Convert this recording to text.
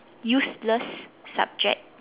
useless subject